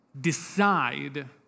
decide